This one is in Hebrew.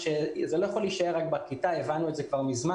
לא יכול להישאר רק בכיתה, הבנו את זה מזמן.